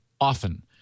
often